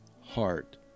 heart